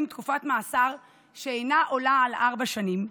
תקופת מאסר שאינה עולה על ארבע שנים,